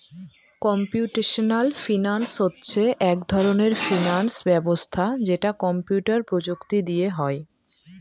computational finance হচ্ছে এক ধরনের ফিনান্স ব্যবস্থা যেটা কম্পিউটার প্রযুক্তি দিয়ে হয়